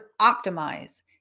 optimize